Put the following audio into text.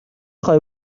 خوای